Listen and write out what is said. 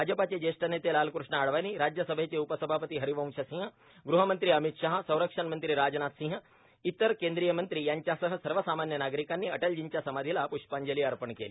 भाजपचे ज्येष्ठ नेते लालकृष्ण अडवाणी राज्यसभेचे उपसभापती हरिवंश सिंह गृहमंत्री अमित शहा संरक्षणमंत्री राजनाथ सिंह इतर केंद्रीय मंत्री यांच्यासह सर्वसामान्य नागरिकांनी अटलजींच्या समाधीला पृष्पांजली अर्पण केली